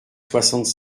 soixante